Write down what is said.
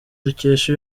dukesha